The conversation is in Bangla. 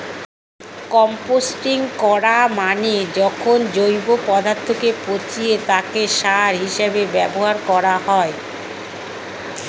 কম্পোস্টিং করা মানে যখন জৈব পদার্থকে পচিয়ে তাকে সার হিসেবে ব্যবহার করা হয়